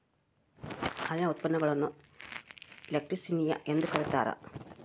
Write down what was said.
ಹಾಲಿನ ಉತ್ಪನ್ನಗುಳ್ನ ಲ್ಯಾಕ್ಟಿಸಿನಿಯ ಎಂದು ಕರೀತಾರ